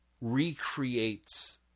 recreates